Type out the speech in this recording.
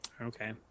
Okay